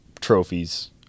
trophies